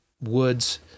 woods